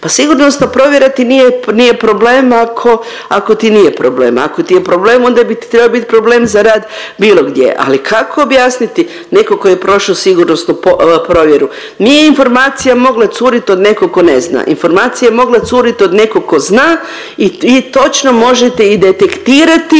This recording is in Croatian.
Pa sigurnosna provjera ti nije problem ako ti nije problem. Ako ti je problem onda bi ti trebao biti problem za rad bilo gdje, ali kako objasniti netko tko je prošao sigurnosnu provjeru. Nije informacija mogla curiti od nekog tko ne zna, informacija je mogla curit od nekog tko zna i točno možete i detektirati